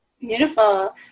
Beautiful